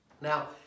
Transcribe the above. Now